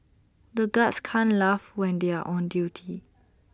the guards can't laugh when they are on duty